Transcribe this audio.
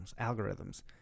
algorithms